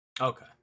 Okay